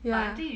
ya